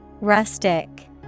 Rustic